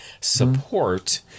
support